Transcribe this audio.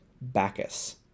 Bacchus